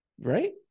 Right